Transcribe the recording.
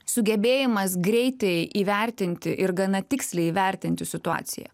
sugebėjimas greitai įvertinti ir gana tiksliai įvertinti situaciją